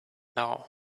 now